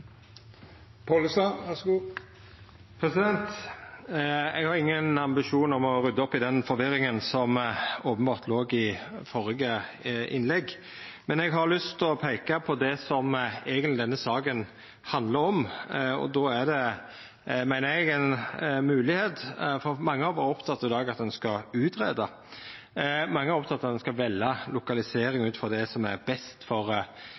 Eg har ingen ambisjon om å rydda opp i den forvirringa som openbert låg i førre innlegg, men eg har lyst til å peika på det som denne saka eigentleg handlar om. Då er det, meiner eg, ei moglegheit, for mange har i dag vore opptekne av at ein skal greia ut, mange har vore opptekne av at ein skal velja lokalisering ut frå det som er best for